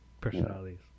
personalities